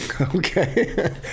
Okay